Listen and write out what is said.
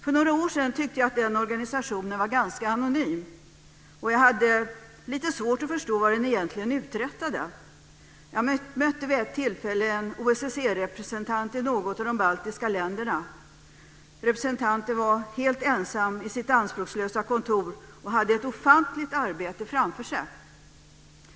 För några år sedan tyckte jag att den organisationen var ganska anonym, och jag hade lite svårt att förstå vad den egentligen uträttade. Jag mötte vid ett tillfälle en OSSE representant i något av de baltiska länderna. Representanten var helt ensam i sitt anspråkslösa kontor och hade ett ofantligt arbete framför sig.